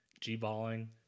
g-balling